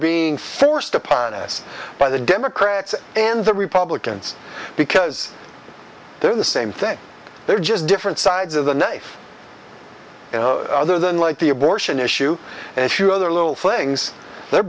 being forced upon us by the democrats and the republicans because they're the same thing they're just different sides of the knife other than like the abortion issue and few other little things they're